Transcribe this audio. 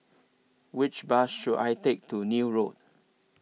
Which Bus should I Take to Neil Road